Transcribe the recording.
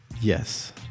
Yes